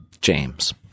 James